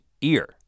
ear